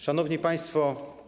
Szanowni Państwo!